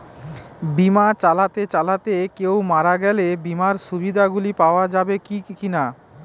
বিমা চালাতে চালাতে কেও মারা গেলে বিমার সুবিধা গুলি পাওয়া যাবে কি না?